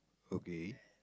okay